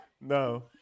No